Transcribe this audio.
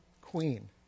queen